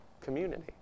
community